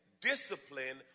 Discipline